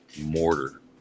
mortar